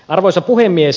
arvoisa puhemies